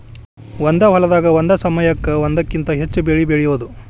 ಒಂದ ಹೊಲದಾಗ ಒಂದ ಸಮಯಕ್ಕ ಒಂದಕ್ಕಿಂತ ಹೆಚ್ಚ ಬೆಳಿ ಬೆಳಿಯುದು